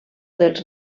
dels